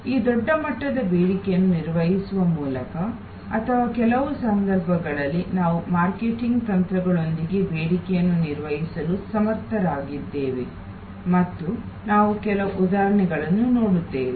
ಈ ದೊಡ್ಡ ಮಟ್ಟದ ಬೇಡಿಕೆಯನ್ನು ನಿರ್ವಹಿಸುವ ಮೂಲಕ ಅಥವಾ ಕೆಲವು ಸಂದರ್ಭಗಳಲ್ಲಿ ನಾವು ಮಾರ್ಕೆಟಿಂಗ್ ತಂತ್ರಗಳೊಂದಿಗೆ ಬೇಡಿಕೆಯನ್ನು ನಿರ್ವಹಿಸಲು ಸಮರ್ಥರಾಗಿದ್ದೇವೆ ಮತ್ತು ನಾವು ಕೆಲವು ಉದಾಹರಣೆಗಳನ್ನು ನೋಡುತ್ತೇವೆ